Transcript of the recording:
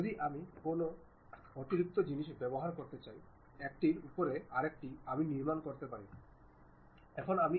তবুও আপনি অনুভব করতে শুরু করেন যে 3 ডাইমেনশনাল জিনিসের মতো কিছু সেখানে আছে